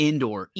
Indoor